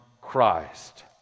Christ